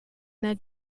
that